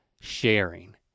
sharing